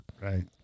Right